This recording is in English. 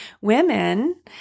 women